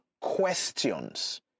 questions